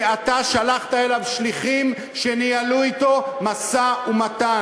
כי אתה שלחת אליו שליחים שניהלו אתו משא-ומתן.